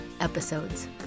episodes